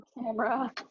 camera